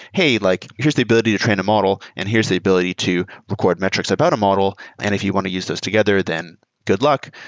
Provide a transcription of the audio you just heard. hey, like here's the ability to train a model and here's the ability to record metrics about a model. and if you want to use those together, then good luck.